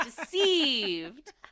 Deceived